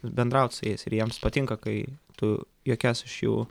bendraut su jais ir jiems patinka kai tu juokies iš jų